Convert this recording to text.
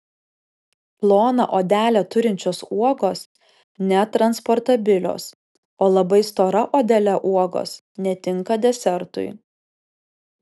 ploną odelę turinčios uogos netransportabilios o labai stora odele uogos netinka desertui